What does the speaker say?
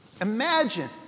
imagine